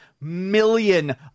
million